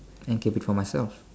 and keep it for myself